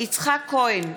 יצחק כהן,